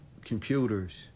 computers